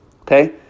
okay